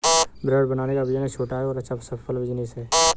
bread बनाने का business छोटा और अच्छा सफल बिज़नेस है